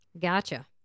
Gotcha